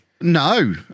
No